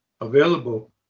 available